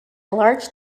large